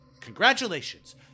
Congratulations